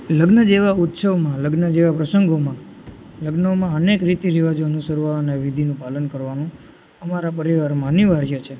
લગ્ન જેવા ઉત્સવમાં લગ્ન જેવા પ્રસંગોમાં લગ્નોમાં અનેક રીતિ રિવાજો અનુસરવા અને વિધિનું પાલન કરવાનું અમારા પરિવારમાં અનિવાર્ય છે